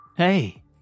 Hey